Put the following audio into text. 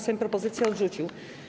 Sejm propozycje odrzucił.